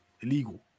illegal